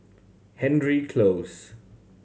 Hendry Close